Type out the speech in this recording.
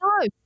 No